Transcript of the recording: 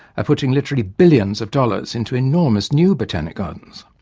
are putting literally billions of dollars into enormous new botanic gardens.